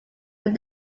but